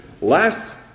last